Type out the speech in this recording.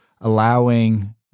allowing